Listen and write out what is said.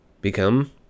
become